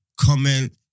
comment